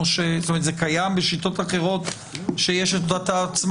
זה קיים בשיטות אחרות שיש את זכות השתיקה